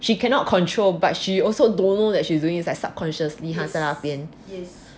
she cannot control but she also don't know that she is doing like subconsciously 在那边